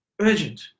urgent